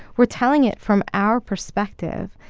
we're telling it from our perspective.